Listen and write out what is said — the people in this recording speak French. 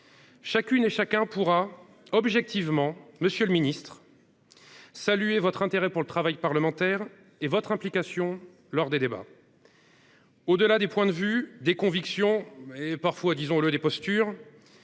Chacune et chacun pourra objectivement, monsieur le ministre, saluer votre intérêt pour le travail parlementaire et votre implication dans les débats. Au delà des différences de points de vue, de convictions et parfois, disons le, de postures,